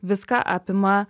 viską apima